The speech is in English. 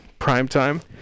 Primetime